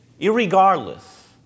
irregardless